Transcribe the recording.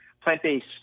plant-based